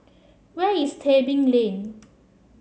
where is Tebing Lane